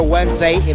Wednesday